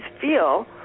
feel